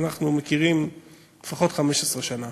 אנחנו מכירים לפחות 15 שנה